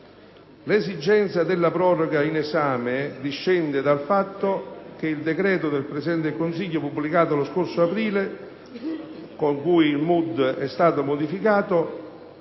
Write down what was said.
L'esigenza della proroga in esame discende dal fatto che il decreto del Presidente del Consiglio pubblicato lo scorso aprile, con cui il MUD è stato modificato,